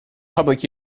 public